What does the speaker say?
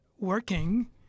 Working